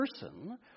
person